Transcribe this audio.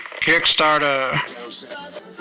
Kickstarter